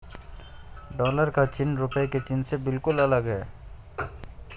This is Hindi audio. डॉलर का चिन्ह रूपए के चिन्ह से बिल्कुल अलग है